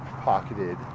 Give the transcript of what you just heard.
pocketed